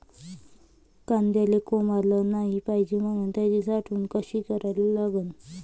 कांद्याले कोंब आलं नाई पायजे म्हनून त्याची साठवन कशी करा लागन?